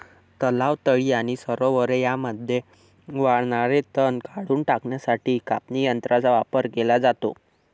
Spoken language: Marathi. तलाव, तळी आणि सरोवरे यांमध्ये वाढणारे तण काढून टाकण्यासाठी कापणी यंत्रांचा वापर केला जातो